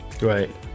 Right